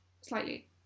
Slightly